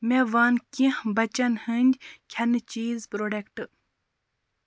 مےٚ وَن کینٛہہ بَچن ہِنٛدۍ کھٮ۪نہٕ چیٖز پرٛوڈَکٹ